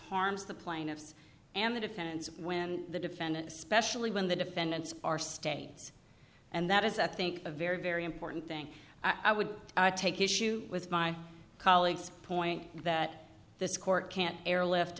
harms the plaintiffs and the defendants when the defendant especially when the defendants are states and that is i think a very very important thing i would take issue with my colleagues point that this court can't airlift